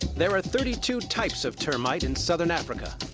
there are thirty two types of termite in southern africa.